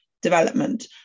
development